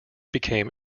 became